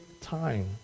time